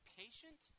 patient